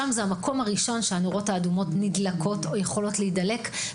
הנורות האדומות נדלקות או יכולות להידלק לראשונה שם.